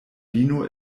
vino